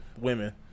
women